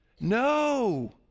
no